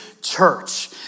church